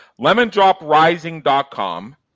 lemondroprising.com